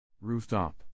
Rooftop